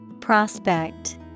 Prospect